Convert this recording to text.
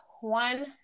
one